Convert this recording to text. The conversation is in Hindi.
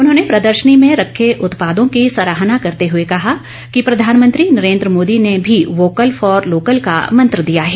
उन्होंने प्रदर्शनी में रखे उत्पादों की सराहना करते हुए कहा कि प्रधानमंत्री नरेंद्र मोदी ने भी वोकल फॉर लोकल का मंत्र दिया है